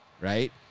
right